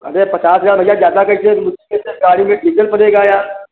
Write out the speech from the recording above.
अरे पचास हज़ार भैया ज़्यादा कैसे मुश्किल से गाड़ी में डीजल पड़ेगा यार